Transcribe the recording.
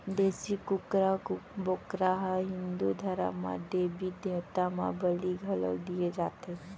देसी कुकरा, बोकरा ल हिंदू धरम म देबी देवता म बली घलौ दिये जाथे